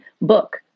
book